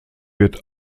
wird